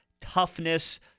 toughness